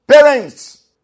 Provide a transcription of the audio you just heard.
Parents